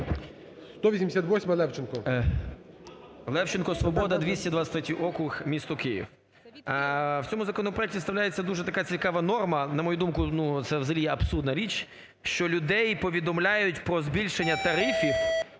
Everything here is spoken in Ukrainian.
ЛЕВЧЕНКО Ю.В. Левченко, "Свобода", 223-й округ, місто Київ. В цьому законопроекті вставляється дуже така цікава норма, на мою думку, це взагалі абсурдна річ, що людей повідомляють про збільшення тарифів